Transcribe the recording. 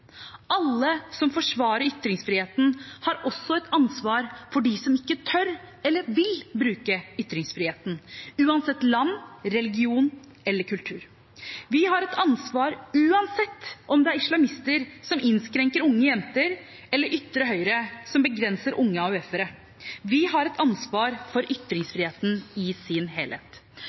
Alle som forsvarer ytringsfriheten, har også et ansvar for dem som ikke tør eller vil bruke ytringsfriheten, uansett land, religion eller kultur. Vi har et ansvar, uansett om det er islamister som innskrenker unge jenter, eller ytre høyre som begrenser unge AUF-ere. Vi har et ansvar for ytringsfriheten i sin helhet.